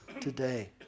today